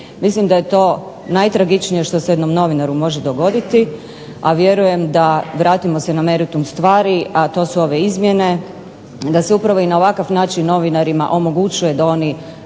Mislim da je to najtragičnije što se jednom novinaru može dogoditi, a vjerujem da vratimo se na meritum stvari, a to su ove izmjene, da se upravo i na ovakav način novinarima omogućuje da oni